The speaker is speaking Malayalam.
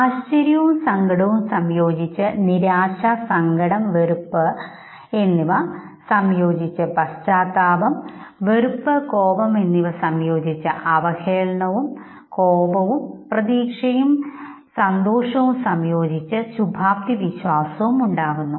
ആശ്ചര്യവും സങ്കടവും സംയോജിച്ച് നിരാശ സങ്കടം വെറുപ്പ് എന്നിവ സംയോജിച്ച് പശ്ചാത്താപം വെറുപ്പ് കോപം എന്നിവ സംയോജിച്ച് അവഹേളനവും കോപവും പ്രതീക്ഷയും സന്തോഷവും സംയോജിച്ച് ശുഭാപ്തിവിശ്വാസവും ഉണ്ടാകുന്നു